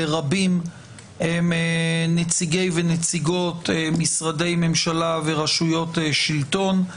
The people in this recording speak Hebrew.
רבים הם נציגי ונציגות משרדי ממשלה ורשויות שלטון,